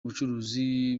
ubucuruzi